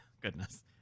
goodness